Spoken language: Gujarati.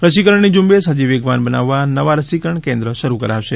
રસીકરણની ઝૂંબેશ હજી વેગવાન બનાવવા નવા રસીકરણ કેન્દ્રો શરૂ કરાશે